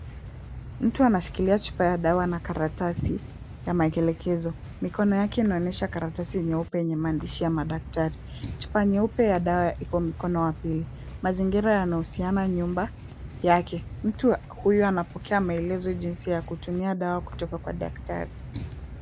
Mtu anashikilia chupa ya dawa na karatasi ya maelekezo. Mikono yake inaonyesha karatasi nyeupe yenye maandishi ya madaktari. Chupa nyeupe ya dawa iko mkono wa pili. Mazingira yanahusiana nyumba yake. Mtu huyu anapokea maelezo jinsi ya kutumia dawa kutoka kwa daktari.